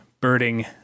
birding